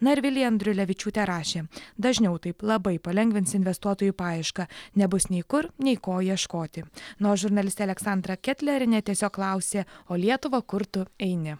na ir vilija andriulevičiūtė rašė dažniau taip labai palengvins investuotojų paiešką nebus nei kur nei ko ieškoti na o žurnalistė aleksandra ketlerienė tiesiog klausė o lietuva kur tu eini